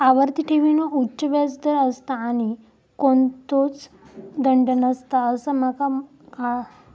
आवर्ती ठेवींवर उच्च व्याज दर असता आणि कोणतोच दंड नसता असा माका काळाला आसा